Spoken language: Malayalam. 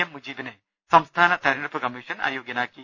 എം മുജീബിനെ സംസ്ഥാന തെരഞ്ഞെടുപ്പ് കമ്മീഷൻ അയോഗ്യനാക്കി